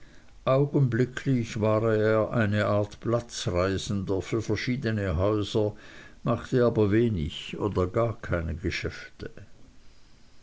augenblicklich war er eine art platzreisender für verschiedene häuser machte aber wenig oder gar keine geschäfte